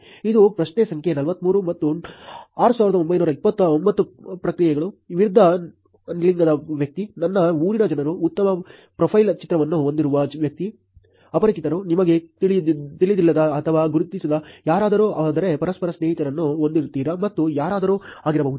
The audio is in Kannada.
ಇದು ಪ್ರಶ್ನೆ ಸಂಖ್ಯೆ 43 ಮತ್ತು 6929 ಪ್ರತಿಕ್ರಿಯೆಗಳು ವಿರುದ್ಧ ಲಿಂಗದ ವ್ಯಕ್ತಿ ನನ್ನ ಊರಿನ ಜನರು ಉತ್ತಮ ಪ್ರೊಫೈಲ್ ಚಿತ್ರವನ್ನು ಹೊಂದಿರುವ ವ್ಯಕ್ತಿ ಅಪರಿಚಿತರು ನಿಮಗೆ ತಿಳಿದಿಲ್ಲದ ಅಥವಾ ಗುರುತಿಸದ ಯಾರಾದರೂ ಆದರೆ ಪರಸ್ಪರ ಸ್ನೇಹಿತರನ್ನು ಹೊಂದಿರುತ್ತಾರೆ ಮತ್ತು ಯಾರಾದರೂ ಆಗಿರಬಹುದು